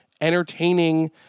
entertaining